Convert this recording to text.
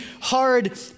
hard